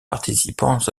participants